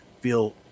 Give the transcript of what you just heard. feel